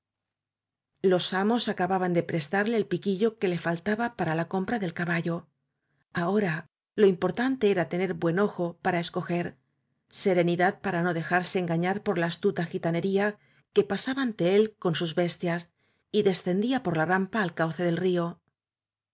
los amos acababan de prestarle el piquillo que le faltaba para la compra del caballo aho ra lo importante era tener buen ojo para esco ger serenidad para no dejarse engañar por fa astuta gitanería que pasaba ante él con sus bes tias y descendía por la rampa al cauce del río